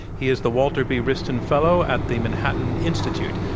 he is the walter b. wriston fellow at the manhattan institute.